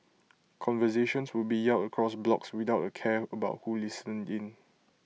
conversations would be yelled across blocks without A care about who listened in